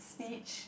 speech